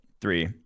three